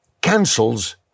cancels